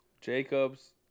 Jacobs